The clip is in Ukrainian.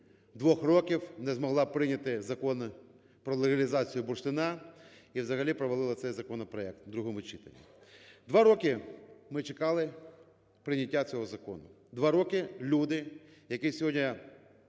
Два роки ми чекали прийняття цього закону. Два роки люди, які сьогодні